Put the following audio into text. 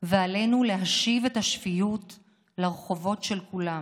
ועלינו להשיב את השפיות לרחובות של כולם.